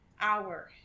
hour